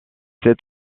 cet